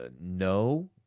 no